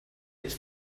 its